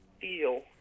feel